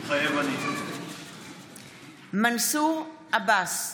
מתחייב אני מנסור עבאס,